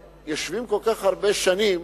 שיושבים כל כך הרבה שנים,